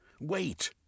Wait